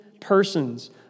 persons